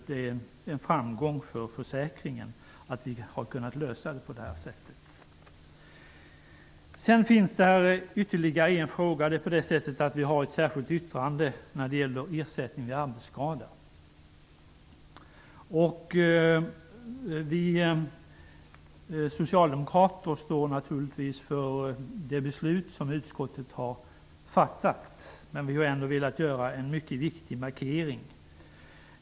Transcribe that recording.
Det är en framgång för försäkringen att vi har kunnat lösa det på det här sättet. Det finns ytterligare en fråga att ta upp. Vi har gjort ett särskilt yttrande när det gäller ersättning vid arbetsskada. Vi socialdemokrater står naturligtvis för det beslut utskottet har fattat, men vi har ändå velat göra en mycket viktig markering.